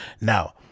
Now